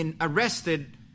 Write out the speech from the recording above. arrested